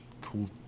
cool